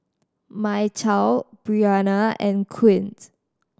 Mychal Brianna and Quint